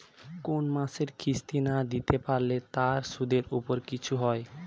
কোন মাসের কিস্তি না দিতে পারলে তার সুদের উপর কিছু হয়?